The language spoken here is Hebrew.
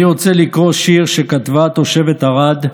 אני רוצה לקרוא שיר שכתבה תושבת ערד,